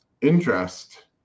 Interest